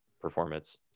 performance